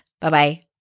Bye-bye